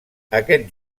aquest